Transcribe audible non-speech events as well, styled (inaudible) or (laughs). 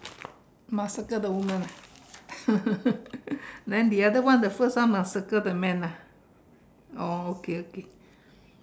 must circle the woman ah (laughs) then the other one the first one must circle the man ah oh okay okay